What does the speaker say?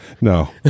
No